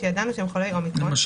שידענו שהם חולי אומיקרון,